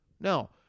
no